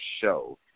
show